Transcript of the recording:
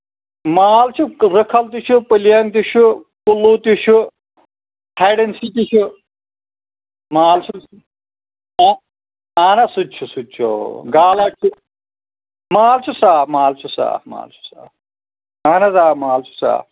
لال چھِ رِٕکھل تہِ چھِ تہٕ پٔلین تہِ چھُ پٔلوٗ تہِ چھُ ہایڈ سی تہِ چھُ مال چھُ اکھ اَہَن حظ سُہ تہِ چھُ سُہ تہِ چھُ گالا چھُ مال چھُ صاف مال چھُ صاف مال چھُ صاف اَہَن حظ آ مال چھُ صاف